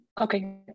Okay